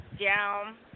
down